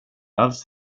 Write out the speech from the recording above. alls